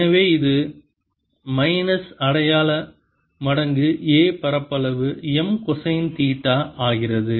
எனவே இது மைனஸ் அடையாள மடங்கு a பரப்பளவு M கொசைன் தீட்டா ஆகிறது